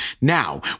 Now